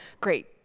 great